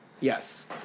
Yes